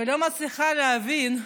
ולא מצליחה להבין,